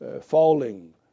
falling